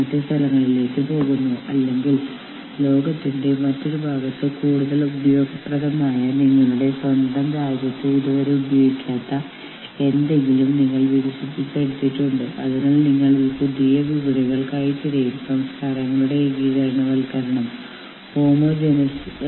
ഇനി ഈ കാര്യങ്ങൾ നിയമപരമാണോ അല്ലയോ എന്ന് നിങ്ങൾ താമസിക്കുന്ന സ്ഥലത്തിന്റെ നിയമം അനുസരിച്ച് നിങ്ങൾ താമസിക്കുന്ന സംസ്ഥാനത്തിന്റെ നിയമം അനുസരിച്ച് ഒരുപക്ഷേ രാജ്യത്തിന്റെ നിയമമനുസരിച്ച് നിങ്ങൾ പരിശോധിക്കേണ്ടതുണ്ട്